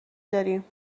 داریم